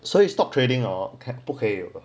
所以 stock trading or 不可以